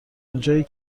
اونجایی